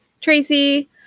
Tracy